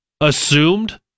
assumed